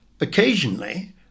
Occasionally